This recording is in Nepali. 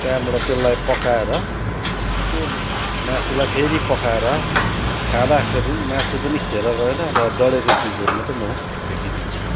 त्यहाँबाट त्यसलाई पकाएर त्यो मासुलाई फेरि पकाएर खाँदाखेरि मासु पनि खेरो गएन र डढेको चिजहरू मात्रै म फ्याँकिदिन्छु